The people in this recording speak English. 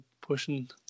pushing